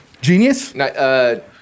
Genius